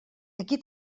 aquí